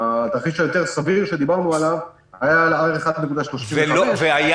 התרחיש היותר סביר שדיברנו עליו היה ה-1.35 -- והיה